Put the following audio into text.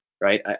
right